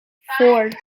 four